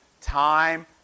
time